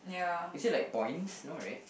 is there like points no right